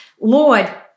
Lord